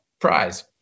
Prize